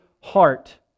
heart